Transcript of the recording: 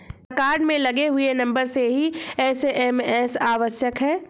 क्या कार्ड में लगे हुए नंबर से ही एस.एम.एस आवश्यक है?